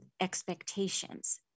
expectations